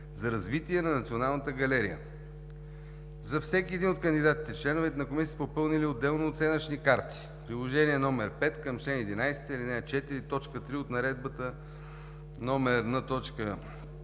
за развитие на Националната галерия. За всеки един от кандидатите членовете на Комисията са попълнили отделно оценъчни карти – Приложение № 5 към чл. 11, ал. 4, т. 3 от Наредба № Н-4